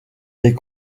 les